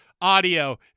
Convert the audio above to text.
audio